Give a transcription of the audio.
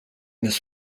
this